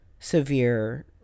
severe